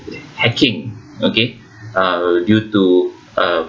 hacking okay uh due to uh